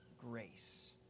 grace